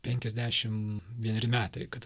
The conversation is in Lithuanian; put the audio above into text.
penkiasdešim vieneri metai kad